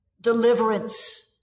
deliverance